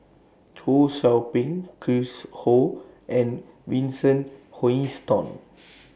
Ho SOU Ping Chris Ho and Vincent Hoisington